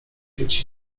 być